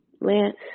Lance